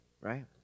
right